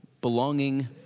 belonging